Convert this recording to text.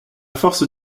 force